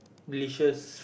delicious